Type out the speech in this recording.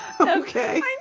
okay